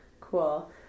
Cool